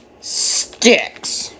Sticks